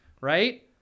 right